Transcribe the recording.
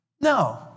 No